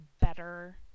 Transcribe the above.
better